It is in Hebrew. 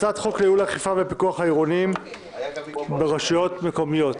הצעת חוק לייעול אכיפה והפיקוח העירוניים ברשויות המקומיות.